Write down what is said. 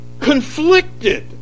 conflicted